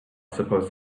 supposed